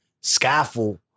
scaffold